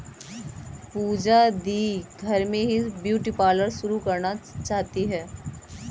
पूजा दी घर में ही ब्यूटी पार्लर शुरू करना चाहती है